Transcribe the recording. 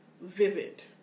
vivid